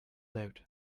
doubt